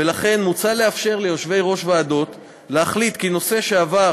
ולכן מוצע לאפשר ליושבי-ראש ועדות להחליט כי נושא שעבר